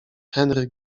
henry